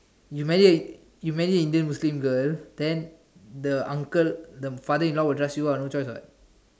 you imagine you marry Indian Muslim girl then the uncle the father in law will trust you [what] no choice [what]